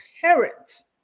parents